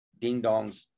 ding-dongs